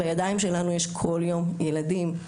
בידיים שלנו יש כל יום ילדים.